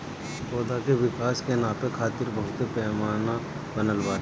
पौधा के विकास के नापे खातिर बहुते पैमाना बनल बाटे